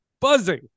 buzzing